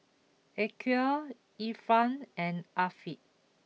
Aqil Irfan and Afiq